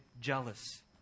jealous